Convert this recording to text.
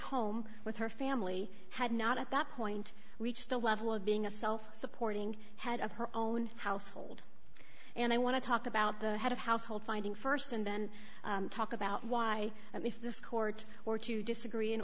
home with her family had not at that point reached the level of being a self supporting head of her own household and i want to talk about the head of household finding st and then talk about why if this court or to disagree